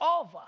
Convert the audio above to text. over